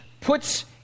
puts